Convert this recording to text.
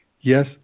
yes